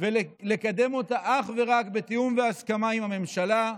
ולקדם אותה אך ורק בתיאום והסכמה עם הממשלה.